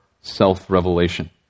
self-revelation